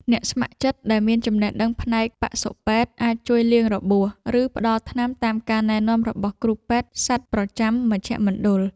អ្នកស្ម័គ្រចិត្តដែលមានចំណេះដឹងផ្នែកបសុពេទ្យ អាចជួយលាងរបួស ឬផ្ដល់ថ្នាំតាមការណែនាំរបស់គ្រូពេទ្យសត្វប្រចាំមជ្ឈមណ្ឌល។